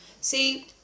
see